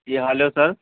جی hello سر